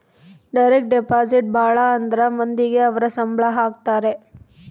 direct deposit ಭಾಳ ಅಂದ್ರ ಮಂದಿಗೆ ಅವ್ರ ಸಂಬ್ಳ ಹಾಕತರೆ